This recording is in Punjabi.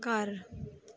ਘਰ